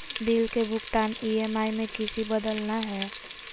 Bill के भुगतान EMI में किसी बदलना है?